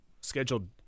scheduled